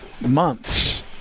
months